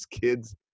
kids